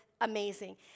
amazing